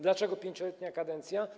Dlaczego 5-letnia kadencja?